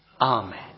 Amen